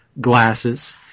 glasses